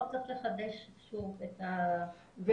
רק צריך לחדש שוב את ה --- והן